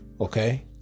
Okay